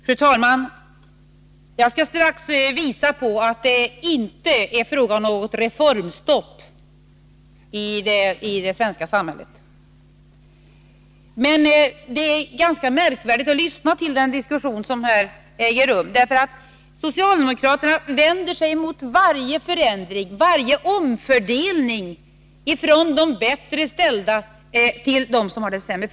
Fru talman! Jag skall strax visa på att det inte är fråga om något reformstopp i det svenska samhället. Men det är ganska märkvärdigt att lyssna till den diskussion som här äger rum, därför att socialdemokraterna vänder sig mot varje omfördelning från de bättre ställda till dem som har det sämre.